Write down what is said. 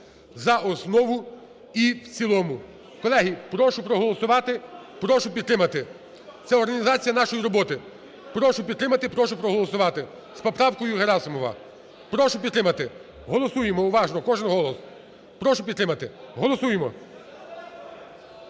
за основу і в цілому. Колеги, прошу проголосувати, прошу підтримати, це організація нашої роботи. Прошу підтримати, прошу проголосувати з поправкою Герасимова. Прошу підтримати. Голосуємо уважно кожен голос. Прошу підтримати. Голосуємо!